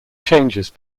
changes